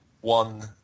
one